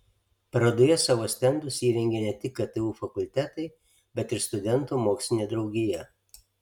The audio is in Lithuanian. parodoje savo stendus įrengė ne tik ktu fakultetai bet ir studentų mokslinė draugija